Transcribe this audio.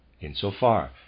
insofar